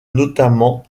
notamment